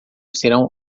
serão